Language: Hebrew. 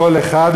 כל אחד,